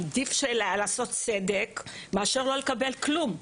עדיף לעשות צדק מאשר לא לעשות כלום.